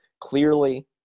clearly